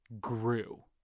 grew